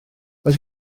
oes